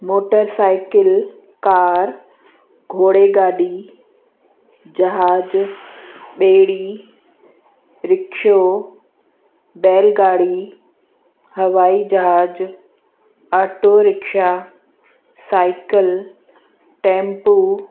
motor cycle car घोड़े गाॾी जहाज ॿेड़ी रिक्शो बैलगाॾी हवाई जहाज ऑटो रिक्शा साइकल टैंपू